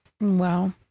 Wow